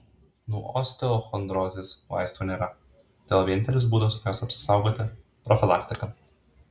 nuo osteochondrozės vaistų nėra todėl vienintelis būdas nuo jos apsisaugoti profilaktika